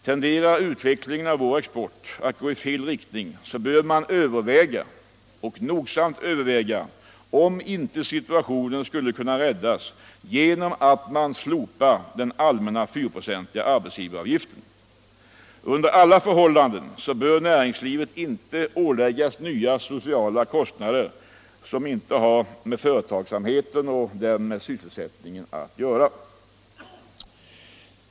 Tenderar utvecklingen av vår export att gå i fel riktning bör man nogsamt överväga om inte situationen skulle kunna räddas genom att man slopar den allmänna 4-procentiga arbetsgivaravgiften. Under alla förhållanden bör näringslivet inte åläggas nya sociala kostnader, som inte har med företagsamheten och därmed med sysselsättningen att göra.